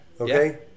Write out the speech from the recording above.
Okay